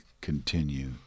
continue